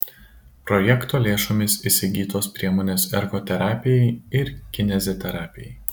projekto lėšomis įsigytos priemonės ergoterapijai ir kineziterapijai